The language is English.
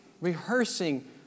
rehearsing